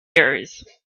years